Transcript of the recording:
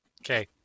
Okay